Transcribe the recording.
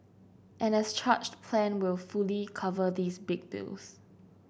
an as charged plan will fully cover these big bills